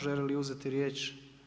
Želi li uzeti riječ?